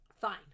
Fine